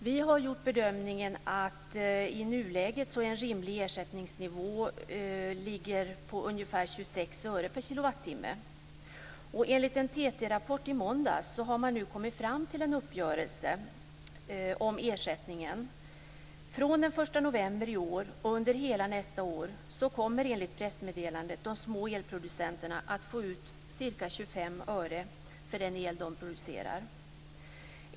Vi har gjort bedömningen att en rimlig ersättningsnivå i nuläget ligger på ungefär 26 Enligt en TT-rapport i måndags har man nu kommit fram till en uppgörelse om ersättningen. Från den 1 november i år och under hela nästa år kommer enligt pressmeddelandet de små elproducenterna att få ut ca 25 öre för den el de producerar.